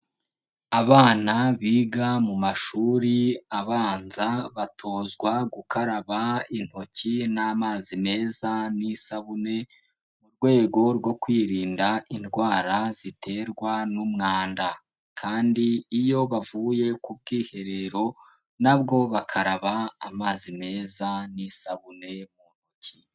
Abana biga mu mashuri abanza, batozwa gukaraba intoki n'amazi meza n'isabune, mu rwego rwo kwirinda indwara ziterwa n'umwanda, kandi iyo bavuye ku bwiherero na bwo bakaraba amazi meza n'isabune mu ntoki.